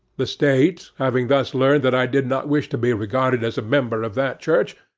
the state, having thus learned that i did not wish to be regarded as a member of that church,